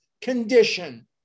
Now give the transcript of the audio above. condition